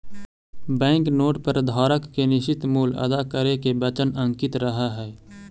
bank note पर धारक के निश्चित मूल्य अदा करे के वचन अंकित रहऽ हई